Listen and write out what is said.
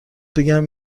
بگم